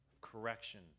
correction